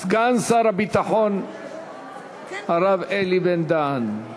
סגן שר הביטחון הרב אלי בן-דהן.